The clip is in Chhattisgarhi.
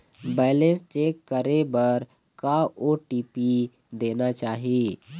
बैलेंस चेक करे बर का ओ.टी.पी देना चाही?